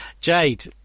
Jade